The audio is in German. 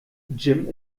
jim